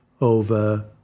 over